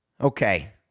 Okay